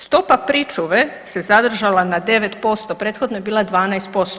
Stopa pričuve se zadržala na 9%, prethodno je bila 12%